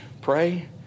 pray